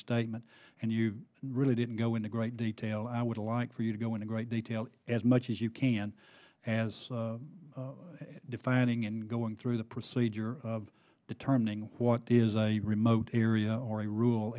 statement and you really didn't go into great detail i would like for you to go into great detail as much as you can defining and going through the procedure of determining what is a remote area or a ru